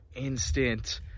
instant